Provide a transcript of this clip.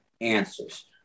answers